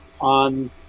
on